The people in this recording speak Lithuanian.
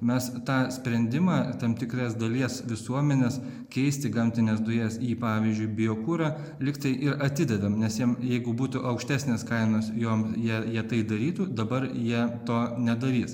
mes tą sprendimą tam tikras dalies visuomenės keisti gamtines dujas į pavyzdžiui biokurą lygtai ir atidedam nes jiem jeigu būtų aukštesnės kainos jom jie jie tai darytų dabar jie to nedarys